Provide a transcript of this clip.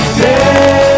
day